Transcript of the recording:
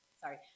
Sorry